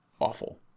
awful